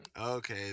Okay